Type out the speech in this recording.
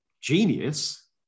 genius